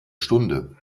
stunde